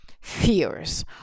fears